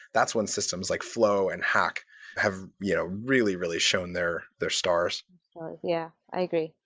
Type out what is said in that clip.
that's when systems like flow and hack have you know really, really shown their their stars yeah, i agree.